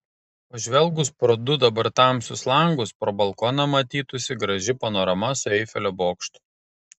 pažvelgus pro du dabar tamsius langus pro balkoną matytųsi graži panorama su eifelio bokštu